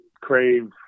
crave